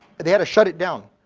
they had to shut it down.